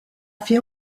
fait